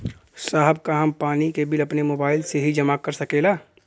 साहब का हम पानी के बिल अपने मोबाइल से ही जमा कर सकेला?